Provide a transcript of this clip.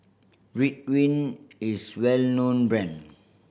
Ridwind is a well known brand